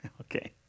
Okay